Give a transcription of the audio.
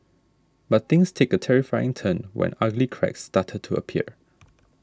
but things take a terrifying turn when ugly cracks started to appear